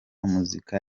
muzika